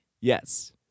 Yes